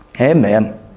Amen